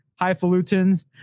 highfalutins